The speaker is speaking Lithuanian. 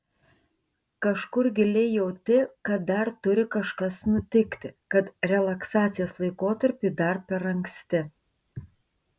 kažkur giliai jauti kad dar turi kažkas nutikti kad relaksacijos laikotarpiui dar per anksti